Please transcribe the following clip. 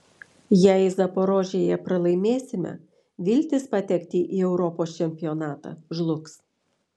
jei zaporožėje pralaimėsime viltys patekti į europos čempionatą žlugs